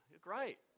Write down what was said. great